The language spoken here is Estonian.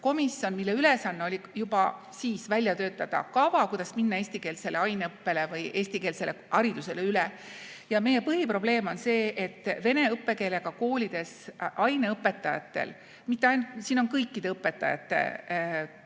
komisjon, mille ülesanne oli juba siis välja töötada kava, kuidas minna eestikeelsele aineõppele või eestikeelsele haridusele üle. Ja meie põhiprobleem on see, et vene õppekeelega koolides aineõpetajate hulgas – siin on kõikide õpetajate